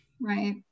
Right